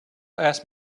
asked